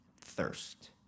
thirst